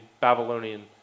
Babylonian